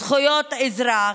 זכויות האזרח,